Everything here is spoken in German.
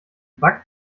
bug